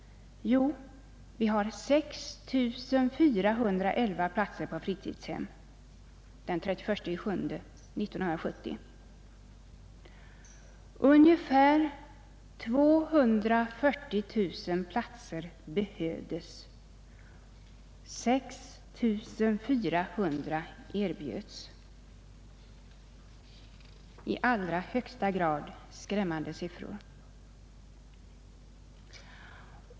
Jo, vi hade 6 411 platser på fritidshem den 31 juli 1970. Ungefär 240 000 platser behövdes, 6 400 erbjöds — i allra högsta grad skrämmande siffror!